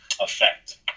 effect